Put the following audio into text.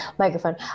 Microphone